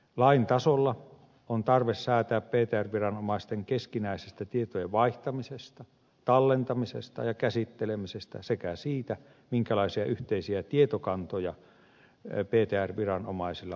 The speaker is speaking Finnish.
lain tasolla on tarve säätää ptr viranomaisten keskinäisestä tietojen vaihtamisesta tallentamisesta ja käsittelemisestä sekä siitä minkälaisia yhteisiä tietokantoja ptr viranomaisilla voisi olla